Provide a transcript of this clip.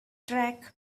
track